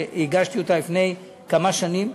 שהגשתי לפני כמה שנים,